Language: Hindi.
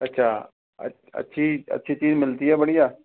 अच्छा अच्छी अच्छी चीज़ मिलती है बढ़िया